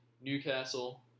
Newcastle